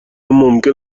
ممکن